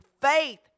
Faith